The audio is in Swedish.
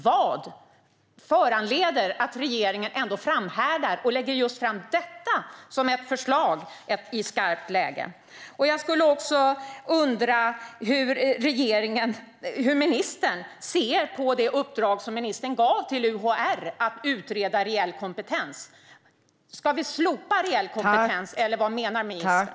Vad föranleder regeringen att ändå framhärda och lägga fram just detta som ett förslag i skarpt läge? Jag undrar också hur ministern ser på det uppdrag som hon gav till UHR om att utreda reell kompetens. Ska vi slopa reell kompetens, eller vad menar ministern?